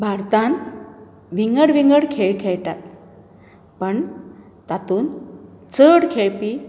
भारतांत विंगड विंगड खेळ खेळटात पण तातूंत चड खेळपी